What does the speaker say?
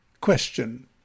Question